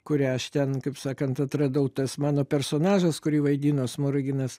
kurią aš ten kaip sakant atradau tas mano personažas kurį vaidino smoriginas